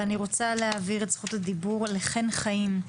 זכות הדיבור למורה חן חיים,